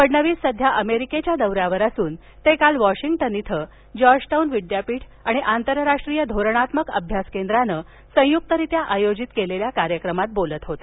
फडणवीस सध्या अमेरिकेच्या दौऱ्यावर असून ते काल वॉशिंग्टन इथं जॉर्ज टाउन विद्यापीठ आणि आंतरराष्ट्रीय धोरणात्मक अभ्यास केंद्रानं संयुक्तरीत्या आयोजित केलेल्या कार्यक्रमात बोलत होते